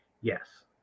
Yes